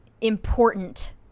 important